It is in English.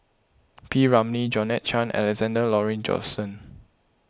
P Ramlee Georgette Chen and Alexander Laurie Johnston